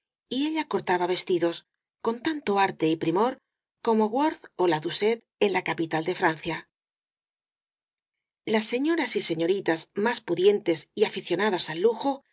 y ella cortaba vestidos con tanto arte y primor como worth ó la doucet en la capital de francia las señoras y señoritas más pudientes y aficio nadas al lujo